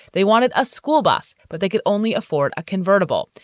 they wanted a school bus, but they could only afford a convertible.